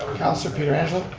councilor pietrangelo.